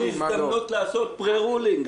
יש לנו הזדמנות לעשות "פרה רולינג".